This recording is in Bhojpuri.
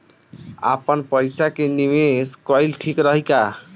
आपनपईसा के निवेस कईल ठीक रही का?